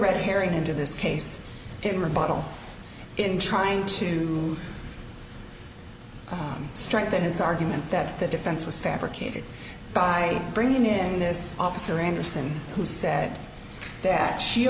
red herring into this case in rebuttal in trying to strengthen its argument that the defense was fabricated by bringing in this officer anderson who said that she